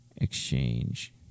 Exchange